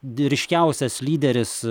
ryškiausias lyderis